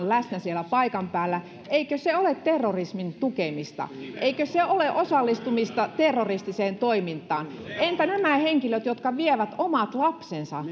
läsnä siellä paikan päällä ole terrorismin tukemista eikö se ole osallistumista terroristiseen toimintaan entä eikö näiden henkilöiden kohdalla jotka vievät omat lapsensa